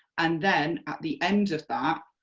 and then, at the end of that,